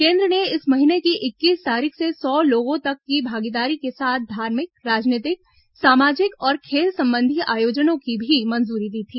केन्द्र ने इस महीने की इक्कीस तारीख से सौ लोगों तक की भागीदारी के साथ धार्मिक राजनीतिक सामाजिक और खेल संबंधी आयोजनों की भी मंजूरी दी थी